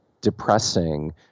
depressing